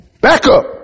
backup